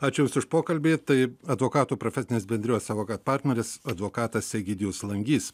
ačiū už pokalbį tai advokatų profesinės bendrijos savo kad partneris advokatas egidijus langys